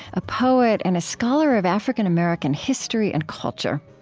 a poet and a scholar of african american history and culture.